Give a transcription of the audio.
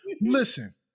Listen